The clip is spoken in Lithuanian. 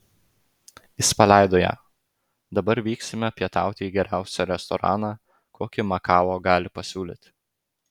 jis paleido ją dabar vyksime pietauti į geriausią restoraną kokį makao gali pasiūlyti